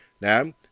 Now